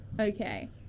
okay